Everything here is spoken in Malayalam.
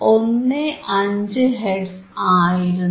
15 ഹെർട്സ് ആയിരുന്നു